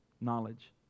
Knowledge